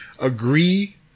agree